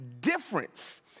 difference